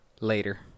later